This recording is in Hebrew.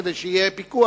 כדי שיהיה פיקוח,